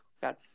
God